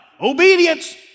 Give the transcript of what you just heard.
obedience